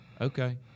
okay